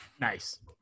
Nice